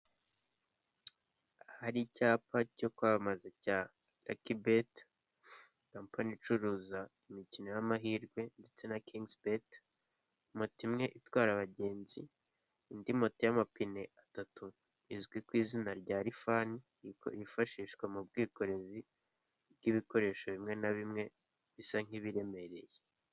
Aha hari icyapa cyo kwamamaza ibya Lucky bet, company icuruza imikino y'amahirwe ndetse na kings bet mate imwe itwara abagenzi indi mote y'amapine atatu izwi ku izina rya rifan yifashishwa mu bwikorezi bw'ibikoresho bimwe na bimwe bisa nk'ibiremereye.